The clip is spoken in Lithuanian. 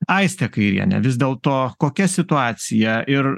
aiste kairiene vis dėlto kokia situacija ir